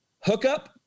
Hookup